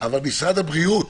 אבל משרד הבריאות